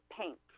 paint